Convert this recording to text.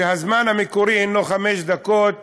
שכן הזמן המקורי לתרגום הוא חמש דקות,